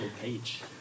page